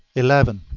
eleven.